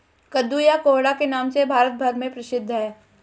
कद्दू या कोहड़ा के नाम से यह भारत भर में प्रसिद्ध है